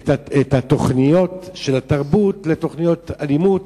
את התוכניות של התרבות לתוכניות אלימות.